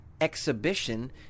exhibition